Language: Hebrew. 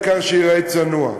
העיקר שייראה צנוע.